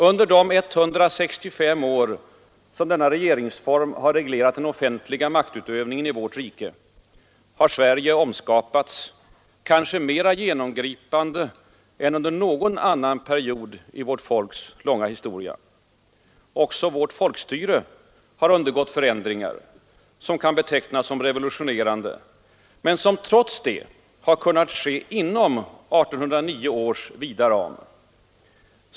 Under de 165 år som denna regeringsform har reglerat den offentliga maktutövningen i vårt rike har Sverige omskapats, kanske mer genomgripande än under någon annan period i vårt folks långa historia. Också vårt folkstyre har undergått förändringar, som kan betecknas som revolutionerande men som trots detta har kunnat ske inom 1809 års regeringsforms vida ram.